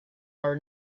our